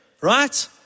right